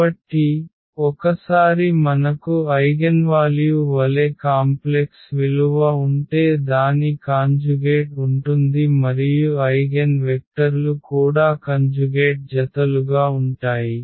కాబట్టి ఒకసారి మనకు ఐగెన్వాల్యూ వలె కాంప్లెక్స్ విలువ ఉంటే దాని కాంజుగేట్ ఉంటుంది మరియు ఐగెన్వెక్టర్లు కూడా కంజుగేట్ జతలుగా ఉంటాయి